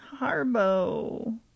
Harbo